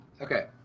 Okay